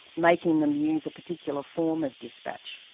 making them use a particular form of dispatch.